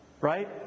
right